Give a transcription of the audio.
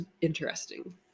interesting